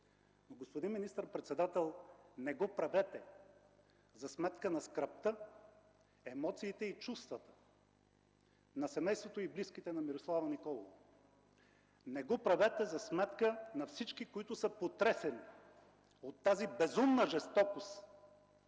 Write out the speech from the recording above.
Но, господин министър-председател, не го правете за сметка на скръбта, емоциите и чувствата на семейството и близките на Мирослава Николова. Не го правете за сметка на всички, които са потресени от тази безумна жестокост,